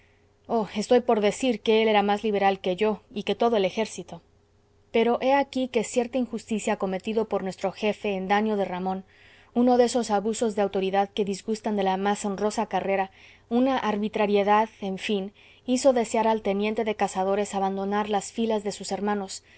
estoy por decir que él era más liberal que yo y que todo el ejército pero he aquí que cierta injusticia cometida por nuestro jefe en daño de ramón uno de esos abusos de autoridad que disgustan de la más honrosa carrera una arbitrariedad en fin hizo desear al teniente de cazadores abandonar las filas de sus hermanos